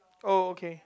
oh okay